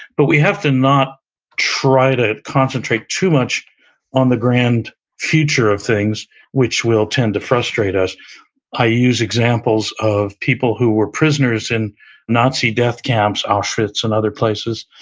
but we have to not try to concentrate too much on the grand future of things which will tend to frustrate us i use examples of people who were prisoners in nazi death camps, auschwitz and other places,